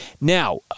Now